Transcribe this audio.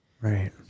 Right